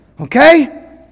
okay